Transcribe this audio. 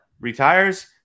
retires